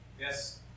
Yes